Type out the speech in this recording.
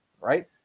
right